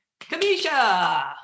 Kamisha